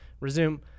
resume